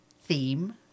theme